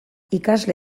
ikasle